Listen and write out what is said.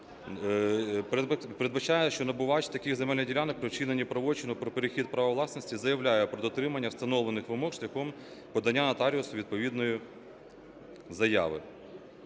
передбачає, що набувач таких земельних ділянок при вчиненні правочину про перехід права власності заявляє про дотримання встановлених вимог шляхом подання нотаріусу відповідної заяви.